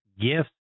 gifts